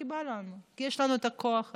כי בא לנו, יש לנו את הכוח הזה.